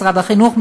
משרד החינוך,